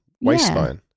waistline